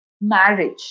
marriage